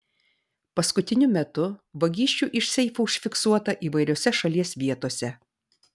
paskutiniu metu vagysčių iš seifų užfiksuota įvairiose šalies vietose